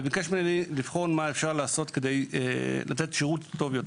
והוא ביקש ממני לבחון מה אפשר לעשות כדי לתת שירות טוב יותר.